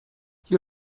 you